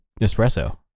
espresso